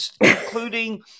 including